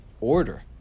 order